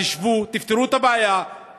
שהעלות שלו היא 5 מיליון שקל,